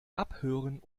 abhören